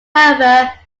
however